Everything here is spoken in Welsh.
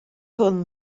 hwn